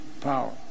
power